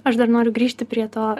aš dar noriu grįžti prie to